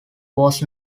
was